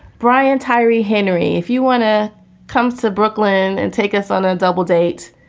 brian tyree henry, if you want to come to brooklyn and take us on a double date